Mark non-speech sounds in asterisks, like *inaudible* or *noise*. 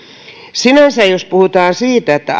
sinänsä jos puhutaan siitä että *unintelligible*